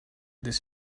this